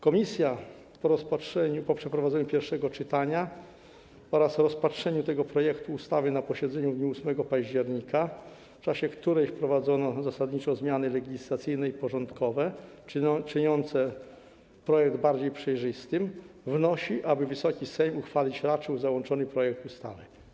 Komisja po przeprowadzeniu pierwszego czytania oraz rozpatrzeniu tego projektu ustawy na posiedzeniu w dniu 8 października, w czasie którego wprowadzono zasadnicze zmiany legislacyjne i porządkowe czyniące projekt bardziej przejrzystym, wnosi, aby Wysoki Sejm uchwalić raczył załączony projekt ustawy.